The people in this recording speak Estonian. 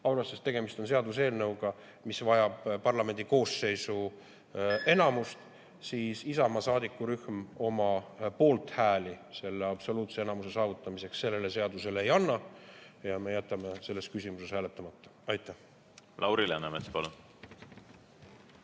et tegemist on seaduseelnõuga, mis vajab parlamendi koosseisu enamust, Isamaa saadikurühm oma poolthääli selle absoluutse enamuse saavutamiseks sellele seadusele ei anna. Me jätame selles küsimuses hääletamata. Aitäh!